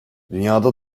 dünyada